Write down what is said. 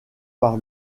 par